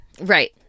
Right